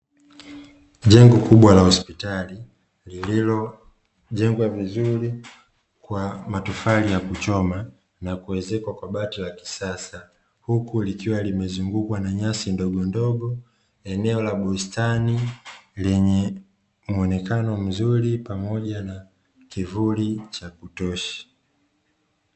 Jengo kubwa la hospitali lililojegwa vizuri kwa matofali ya kuchomwa, na kuwezekwa kwa bari la kisasa, huku likiwa limezungukwa na nyasi ndogondogo, eneo la bustani lenye mwonekano mzuri pamoja na kivuli cha kutosha .